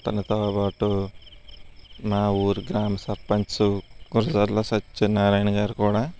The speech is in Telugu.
అతనితో పాటు మా ఊరి గ్రామ సర్పంచ్ కుర్రల సత్యనారాయణ గారు కూడా